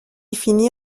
finit